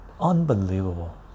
unbelievable